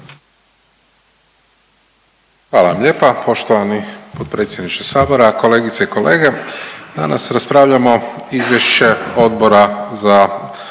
Hvala vam lijepa. Poštovani potpredsjedniče Sabora, kolegice i kolege. Danas raspravljamo Izvješće Odbora za